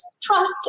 trust